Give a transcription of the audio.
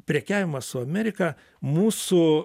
prekiavimas su amerika mūsų